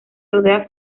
rodea